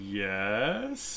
yes